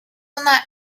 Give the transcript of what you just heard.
una